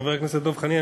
חבר הכנסת דב חנין,